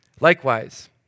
Likewise